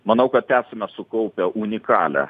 manau kad esame sukaupę unikalią